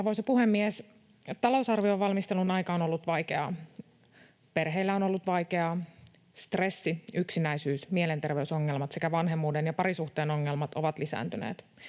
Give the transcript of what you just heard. Arvoisa puhemies! Talousarvion valmistelun aika on ollut vaikeaa. Perheillä on ollut vaikeaa. Stressi, yksinäisyys, mielenterveysongelmat sekä vanhemmuuden ja parisuhteen ongelmat ovat lisääntyneet.